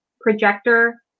projector